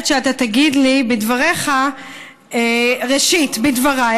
שאתה תגיד לי בדבריך בראשית בדבריי.